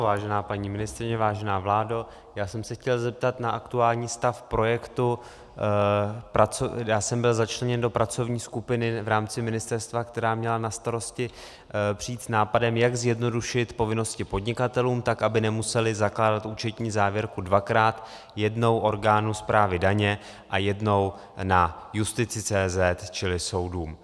Vážená paní ministryně, vážená vládo, já jsem se chtěl zeptat na aktuální stav projektu já jsem byl začleněn do pracovní skupiny v rámci ministerstva, která měla na starosti přijít s nápadem, jak zjednodušit povinnosti podnikatelům, tak aby nemuseli zakládat účetní závěrku dvakrát, jednou orgánu správy daně a jednou na justici.cz, čili soudům.